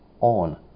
on